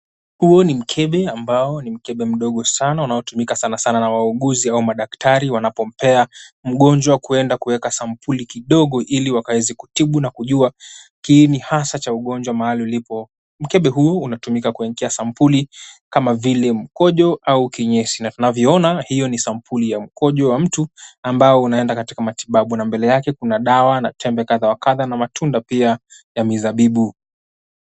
Huo ni mkebe ambao ni mkebe mdogo sana unaotumika sana sana na wauguzi au madaktari wanapompea mgonjwa kuenda kuwekwa sampuli kidogo ili wakaeze kutibu na kujua kidini hasa cha ugonjwa mahali upo. Mkebe huu unatumika kuekea sampuli kama vile mkojo au kinyesi na tunavyoona hio ni sampuli ya mkojo wa mtu ambao unaenda katika matibabu na mbele kuna dawa na tembe kadha wa kadha na matunda pia ya mizabibu.